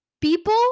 people